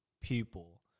people